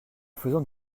faisant